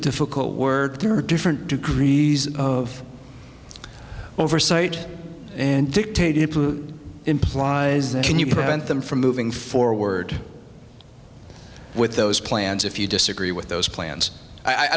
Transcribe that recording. difficult word there are different degrees of oversight and dictated implies that can you prevent them from moving forward with those plans if you disagree with those plans i